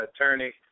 attorney